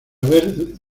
ver